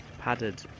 padded